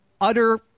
utter